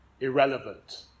irrelevant